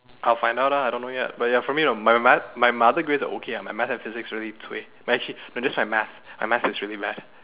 I'll find out ah I don't know yet but ya for me my math my other grades are okay my math and physics are really cui but actually no it's just my math my math is really bad